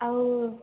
ଆଉ